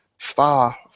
Far